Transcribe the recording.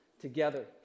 together